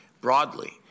broadly